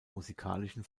musikalischen